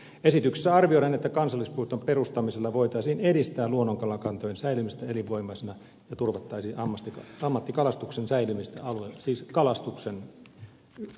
esityksessä arvioidaan että kansallispuiston perustamisella voitaisiin edistää luonnonkalakantojen säilymistä elinvoimaisina ja turvattaisiin ammattikalastuksen säilymistä alueella siis kalastuksen säilymistä